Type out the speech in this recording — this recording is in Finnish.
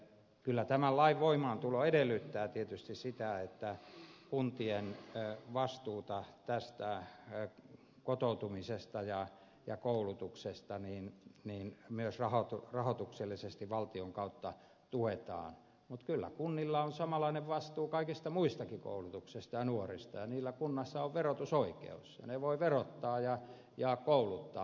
kyllä tämän lain voimaantulo edellyttää tietysti sitä että kuntien vastuuta tästä kotoutumisesta ja koulutuksesta myös rahoituksellisesti valtion kautta tuetaan mutta kyllä kunnilla on samanlainen vastuu kaikesta muustakin koulutuksesta ja nuorista ja kunnilla on verotusoikeus ja ne voivat verottaa ja kouluttaa